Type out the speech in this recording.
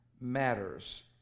matters